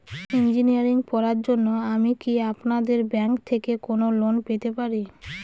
Engineering পড়ার জন্য আমি কি আপনাদের ব্যাঙ্ক থেকে কোন লোন পেতে পারি?